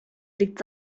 legt